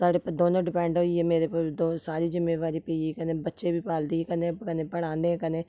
साढ़े पर दौनें डिपैंड होई गे मेरे पर दो सारी जिम्मेवारी पेई गेई कन्नै बच्चे बी पालदी ही कन्नै कन्नै पढ़ाने कन्नै